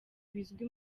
bizwi